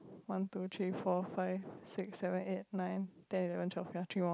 one two three four five six seven eight nine ten eleven twelve ya three more